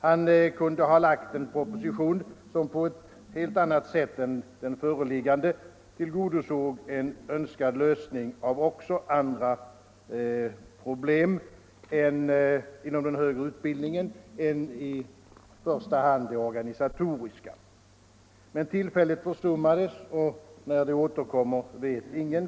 Han kunde ha lagt fram en proposition, som på ett helt annat sätt än den föreliggande tillgodosåg en önskad lösning av också andra problem inom den högre utbildningen än i första hand de organisatoriska. Men tillfället försummades, och när det återkommer vet ingen.